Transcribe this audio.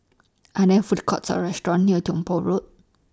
Are There Food Courts Or restaurants near Tong Poh Road